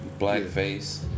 blackface